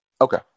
Okay